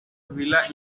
villa